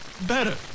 better